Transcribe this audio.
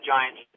Giants